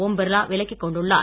ஓம் பிர்லா விலக்கிக் கொண்டுள்ளார்